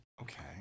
Okay